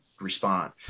respond